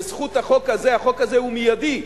בזכות החוק הזה, החוק הזה הוא מיידי,